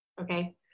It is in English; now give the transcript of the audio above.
Okay